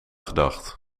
gedacht